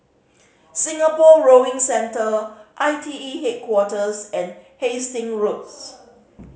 Singapore Rowing Centre I T E Headquarters and Hastings Roads